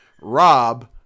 Rob